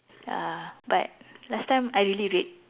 ya but last time I really read